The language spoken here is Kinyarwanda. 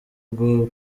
urwo